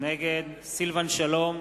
נגד סילבן שלום,